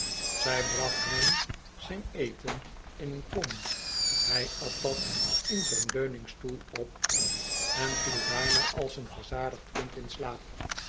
zij bracht hem zijn eten in een kom hij at dat in zijn leuningstoel op en viel daarna als een verzadigd kind in slaap